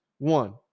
One